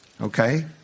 Okay